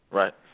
right